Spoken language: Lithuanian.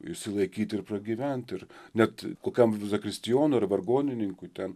išsilaikyt ir pragyvent ir net kokiam zakristijonui ar vargonininkui ten